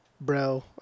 bro